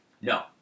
No